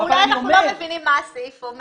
לכן אנחנו כנראה לא מבינים מה הסעיף אומר.